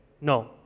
No